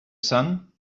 sun